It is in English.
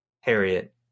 Harriet